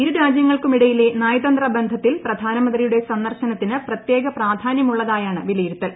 ഇരു രാജ്യങ്ങൾക്കുമിടയിലെ നയതന്ത്ര ബന്ധത്തിൽ പ്രധാനമന്ത്രിയുടെ സന്ദർശനത്തിന് പ്രത്യേക പ്രാധാ ന്യമുള്ളതായാണ് വിലയിരുത്തൽ